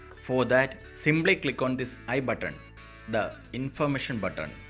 for that, simply click on this i button the information button.